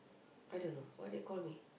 I don't know what do they call me